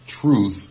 truth